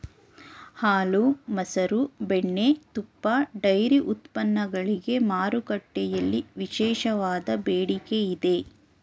ಹಾಲು, ಮಸರು, ಬೆಣ್ಣೆ, ತುಪ್ಪ, ಡೈರಿ ಉತ್ಪನ್ನಗಳಿಗೆ ಮಾರುಕಟ್ಟೆಯಲ್ಲಿ ವಿಶೇಷವಾದ ಬೇಡಿಕೆ ಇದೆ